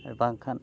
ᱵᱟᱝᱠᱷᱟᱱ